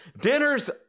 dinner's